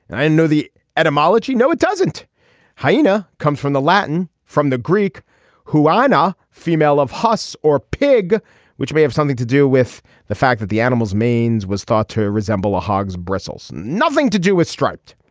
and i and know the etymology no it doesn't hyena comes from the latin from the greek who i know the female of horse or pig which may have something to do with the fact that the animal's manes was thought to resemble a hog's bristles nothing to do with striped